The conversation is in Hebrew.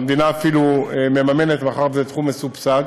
והמדינה אפילו מממנת, מאחר שזה תחום מסובסד.